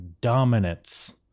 dominance